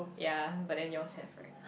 ya but then yours have right